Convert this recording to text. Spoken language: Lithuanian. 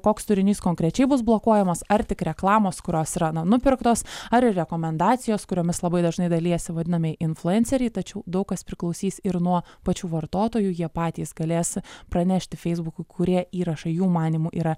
koks turinys konkrečiai bus blokuojamas ar tik reklamos kurios yra na nupirktos ar ir rekomendacijos kuriomis labai dažnai dalijasi vadinami influenceriai tačiau daug kas priklausys ir nuo pačių vartotojų jie patys galės pranešti feisbukui kurie įrašą jų manymu yra